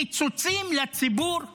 קיצוצים לציבור הערבי,